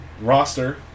roster